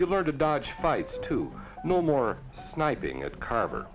you learn to dodge fights to no more sniping at carver